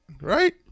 right